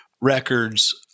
records